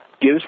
gives